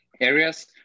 areas